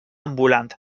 ambulant